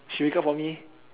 she wake up for me